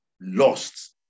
lost